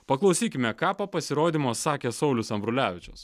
paklausykime ką po pasirodymo sakė saulius ambrulevičius